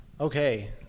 okay